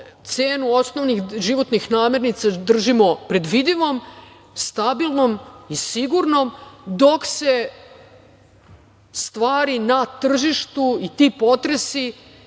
tih osnovnih životnih namirnica držimo predvidivom, stabilnom i sigurnom, dok se stvari na tržištu i ti potresi